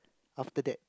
after that